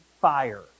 fire